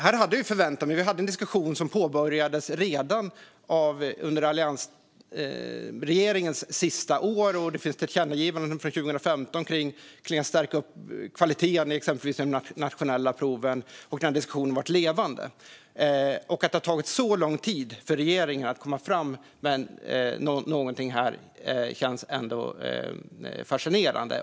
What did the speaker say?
Här hade jag förväntat mig mer. Vi hade en diskussion som påbörjades redan under alliansregeringens sista år. Det finns tillkännagivanden från 2015 om att stärka kvaliteten i exempelvis de nationella proven. Diskussionen har varit levande. Att det har tagit så lång tid för regeringen att komma fram med någonting känns fascinerande.